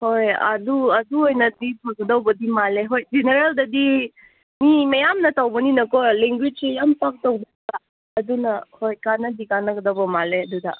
ꯍꯣꯏ ꯑꯗꯨ ꯑꯗꯨ ꯑꯣꯏꯅꯗꯤ ꯐꯒꯗꯧꯕꯗꯤ ꯃꯥꯜꯂꯦ ꯍꯣꯏ ꯖꯦꯅꯦꯔꯦꯜꯗꯗꯤ ꯃꯤ ꯃꯌꯥꯝꯅ ꯇꯧꯕꯅꯤꯅꯀꯣ ꯂꯦꯡꯒꯣꯏꯁꯁꯤ ꯌꯥꯝ ꯄꯥꯛ ꯇꯧꯗꯕ ꯑꯗꯨꯅ ꯍꯣꯏ ꯀꯥꯟꯅꯗꯤ ꯀꯥꯟꯅꯒꯗꯧꯕ ꯃꯥꯜꯂꯦ ꯑꯗꯨꯗ